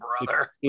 brother